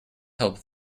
help